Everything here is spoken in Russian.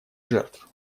жертв